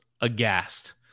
aghast